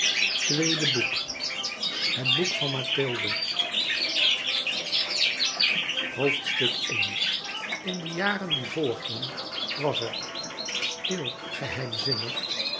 ii het boek van mathilde louis couperus metamorfoze en de jaren die volgden was er stil geheimzinnig